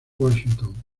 washington